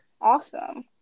awesome